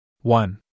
One